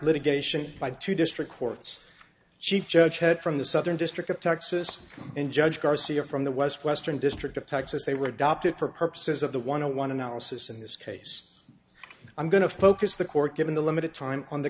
litigation by two district courts she judge head from the southern district of texas and judge garcia from the west western district of texas they were adopted for purposes of the one hundred one analysis in this case i'm going to focus the court given the limited time on the